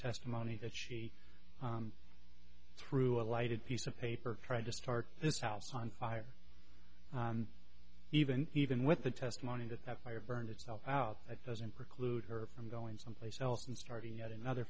testimony that she threw a lighted piece of paper tried to start this house on fire and even even with the testimony that that fire burned itself out it doesn't preclude her from going someplace else and starting yet another